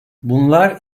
bunlar